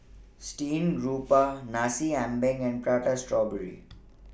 Steamed Garoupa Nasi Ambeng and Prata Strawberry